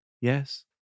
Yes